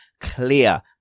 clear